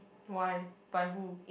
why by who